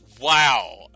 Wow